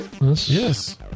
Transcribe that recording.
Yes